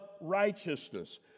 righteousness